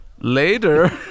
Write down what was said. Later